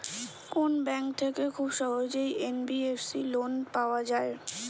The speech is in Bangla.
কোন ব্যাংক থেকে খুব সহজেই এন.বি.এফ.সি লোন পাওয়া যায়?